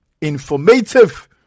informative